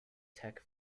tech